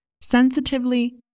sensitively